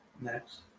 Next